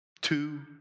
two